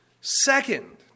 Second